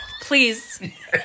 Please